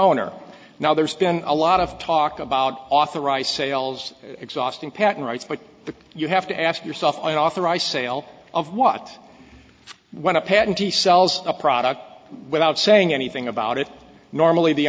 owner now there's been a lot of talk about authorized sales exhausting patent rights but the you have to ask yourself an authorized sale of what when a patent he sells a product without saying anything about it normally the